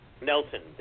Nelson